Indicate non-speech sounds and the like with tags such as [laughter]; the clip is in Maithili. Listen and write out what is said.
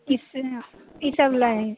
की [unintelligible] की सभ लय